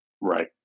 Right